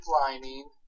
lining